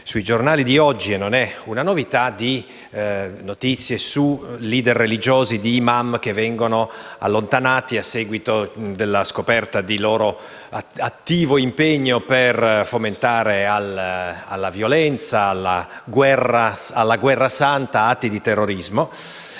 sui giornali di oggi - e non è una novità - notizie di *leader* religiosi, di *imam* che vengono allontanati a seguito della scoperta del loro attivo impegno per fomentare la violenza, la guerra santa, atti di terrorismo.